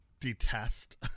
detest